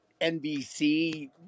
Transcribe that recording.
nbc